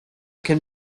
can